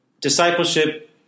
discipleship